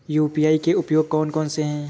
UPI के उपयोग कौन कौन से हैं?